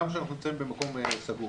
גם כשאנחנו נמצאים במקום סגור.